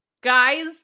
guys